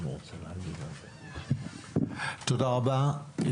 תודה רבה.